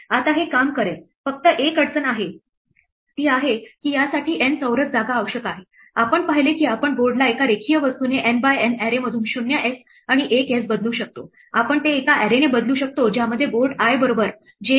आता हे काम करेल फक्त एक अडचण ती आहे की यासाठी N चौरस जागा आवश्यक आहे आम्ही पाहिले की आपण बोर्डला एका रेखीय वस्तूने N बाय N array मधून 0s आणि 1s बदलू शकतो आपण ते एका array ने बदलू शकतो ज्यामध्ये बोर्ड i बरोबर j आहे